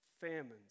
famines